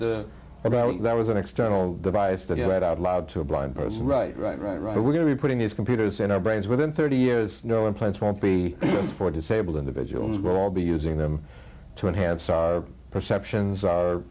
doubt that was an external device that you had out loud to a blind person right right right right we're going to be putting these computers in our brains within thirty years no implants won't be for disabled individuals will all be using them to enhance our perceptions